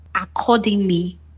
accordingly